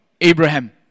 Abraham